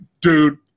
dude